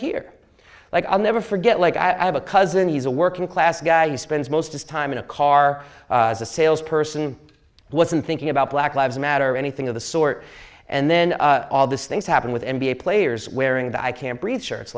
hear like i'll never forget like i have a cousin he's a working class guy who spends most of the time in a car the salesperson wasn't thinking about black lives matter or anything of the sort and then all this things happened with n b a players wearing the i can't breathe shirts